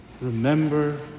Remember